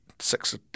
six